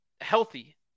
healthy